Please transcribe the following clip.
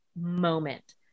moment